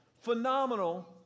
phenomenal